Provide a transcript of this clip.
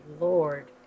lord